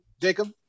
Jacob